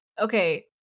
Okay